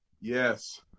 Yes